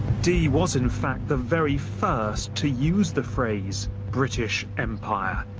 dee was, in fact, the very first to use the phrase british empire.